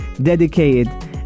dedicated